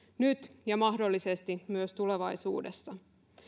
nyt ja mahdollisesti myös tulevaisuudessa